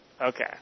Okay